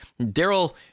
Daryl